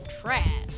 trash